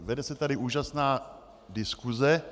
Vede se tady úžasná diskuse.